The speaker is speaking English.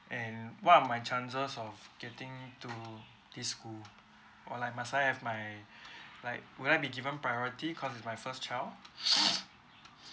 and what are my chances of getting to this school or like must I have my like would I be given priority cause it's my first child